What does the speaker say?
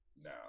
now